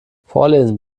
vorlesen